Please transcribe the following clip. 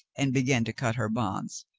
and began to cut her bonds.